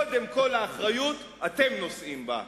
קודם כול, האחריות, אתם נושאים בה.